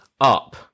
up